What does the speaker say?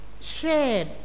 shared